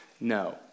No